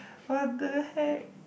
what the heck